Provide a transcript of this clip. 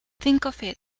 think of it,